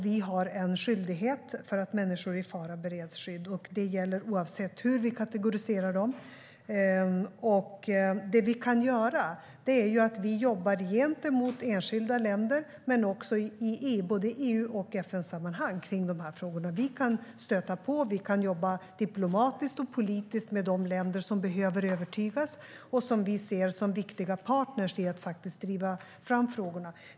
Vi har en skyldighet när det gäller att människor i fara bereds skydd. Det gäller oavsett hur vi kategoriserar dem. Det vi kan göra är att jobba gentemot enskilda länder men också i både EU och FN-sammanhang i dessa frågor. Vi kan stöta på, och vi kan jobba diplomatiskt och politiskt med de länder som behöver övertygas och som vi ser som viktiga partner i att driva fram frågorna.